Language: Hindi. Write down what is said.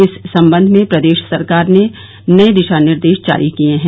इस संबंध में प्रदेश सरकार ने नए दिशा निर्देश जारी किये हैं